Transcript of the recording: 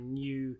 new